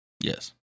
Yes